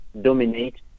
dominate